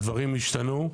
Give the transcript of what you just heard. הדברים השתנו,